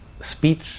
speech